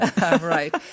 right